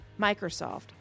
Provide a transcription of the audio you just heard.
Microsoft